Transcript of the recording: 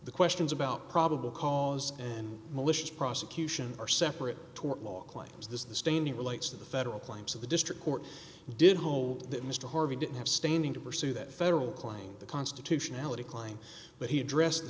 the questions about probable cause and malicious prosecution are separate tort law claims this is the staining relates to the federal claims of the district court did hold that mr harvey didn't have standing to pursue that federal claim the constitutionality klein but he addressed the